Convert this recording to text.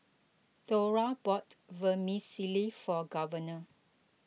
Thora bought Vermicelli for Governor